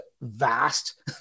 vast